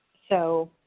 so,